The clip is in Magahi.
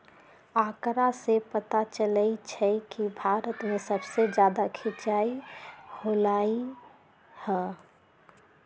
आंकड़ा से पता चलई छई कि भारत में सबसे जादा सिंचाई होलई ह